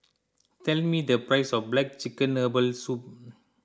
tell me the price of Black Chicken Herbal Soup